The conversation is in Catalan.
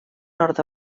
nord